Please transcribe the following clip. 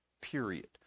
period